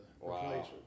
Wow